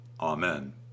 Amen